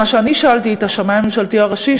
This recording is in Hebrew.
מה שאני שאלתי את השמאי הממשלתי הראשי,